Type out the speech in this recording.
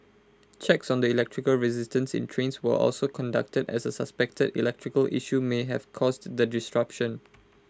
checks on the electrical resistance in trains were also conducted as A suspected electrical issue may have caused the disruption